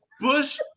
Bush